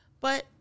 But-